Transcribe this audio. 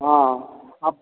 हँ हँ